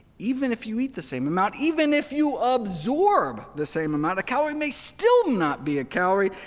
even if you eat the same amount, even if you absorb the same amount, a calorie may still not be a calorie.